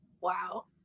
wow